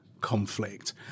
conflict